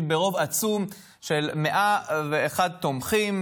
כנסת, ואנוכי,